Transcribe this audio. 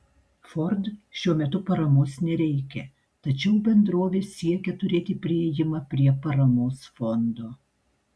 ford šiuo metu paramos nereikia tačiau bendrovė siekia turėti priėjimą prie paramos fondo